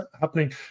happening